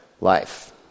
life